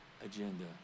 agenda